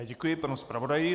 Děkuji panu zpravodaji.